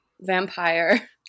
vampire